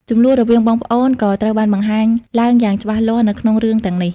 ជម្លោះរវាងបងប្អូនក៏ត្រូវបានបង្ហាញឡើងយ៉ាងច្បាស់លាស់នៅក្នុងរឿងទាំងនេះ។